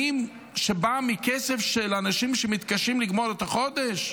שבאים מכסף של אנשים שמתקשים לגמור את החודש?